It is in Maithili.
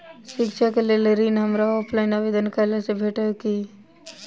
शिक्षा केँ लेल ऋण, हमरा ऑफलाइन आवेदन कैला सँ भेटतय की?